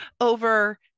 over